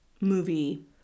movie